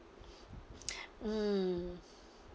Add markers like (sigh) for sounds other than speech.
(noise) mm